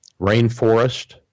rainforest